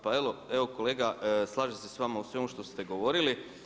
Pa evo kolega slažem se sa vama u svemu što ste govorili.